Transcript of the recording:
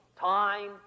time